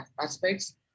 aspects